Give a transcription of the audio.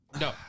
No